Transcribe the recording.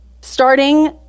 starting